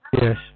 Yes